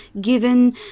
given